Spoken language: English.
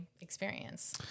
experience